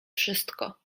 wszystko